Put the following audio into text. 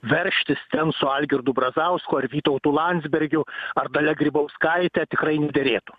veržtis ten su algirdu brazausku ar vytautu landsbergiu ar dalia grybauskaite tikrai nederėtų